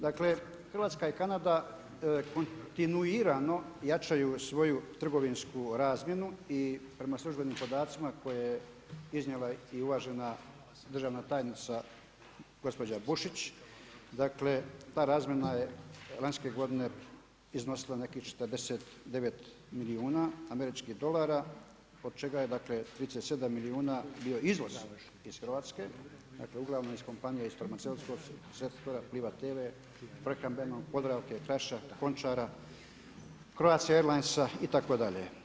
Dakle Hrvatska i Kanada kontinuirano jačaju svoju trgovinsku razmjenu i prema službenim podacima koje je iznijela i uvažena državna tajnica gospođa Bušić, dakle ta razmjena je lanjske godine iznosila nekih 49 milijuna američkih dolara od čega je dakle 37 milijuna bio izvoz iz Hrvatske, dakle uglavnom iz kompanije iz farmaceutskog sektora PLIVA Teva, prehrambenog, Podravke, Kraša, Končara, Croatia Airlinesa itd.